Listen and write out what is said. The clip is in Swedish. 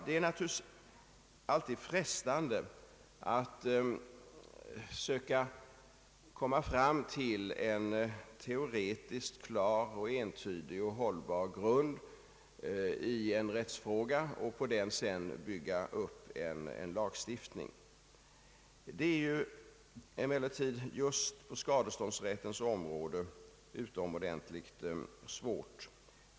Det är naturligtvis alltid frestande att söka komma fram till en teoretiskt klar och entydig och hållbar grund i en rättsfråga och sedan på den bygga upp en lagstiftning. Detta är ju emellertid just på skadeståndsrättens område utomordentligt svårt.